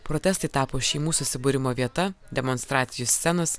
protestai tapo šeimų susibūrimo vieta demonstracijų scenos